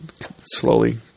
slowly